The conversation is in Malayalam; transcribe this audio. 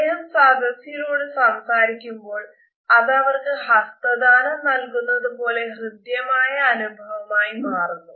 അദ്ദേഹം സദസ്യരോട് സംസാരിക്കുമ്പോൾ അത് അവർക്ക് ഹസ്തദാനം നൽകുന്നത് പോലെ ഹൃദ്യമായ അനുഭവമായി മാറുന്നു